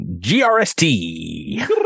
GRST